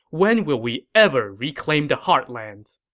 when will we ever reclaim the heartlands?